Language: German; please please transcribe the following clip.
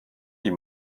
die